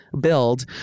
build